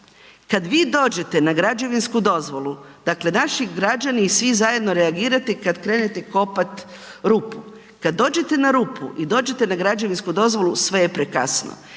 Kad vi dođete na građevinsku dozvolu, dakle, naši građani i svi zajedno reagirate i kad krenete kopati rupu, kad dođete na rupu i dođete na građevinsku dozvolu, sve je prekasno.